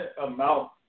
amount